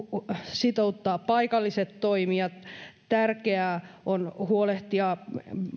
sitouttaa paikalliset toimijat tärkeää on huolehtia